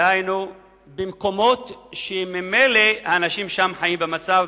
דהיינו במקומות שממילא האנשים חיים שם במצב